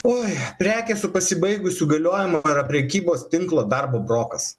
oj prekę su pasibaigusiu galiojimu yra prekybos tinklo darbo brokas